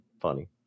funny